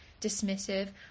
dismissive